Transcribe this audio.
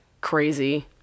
crazy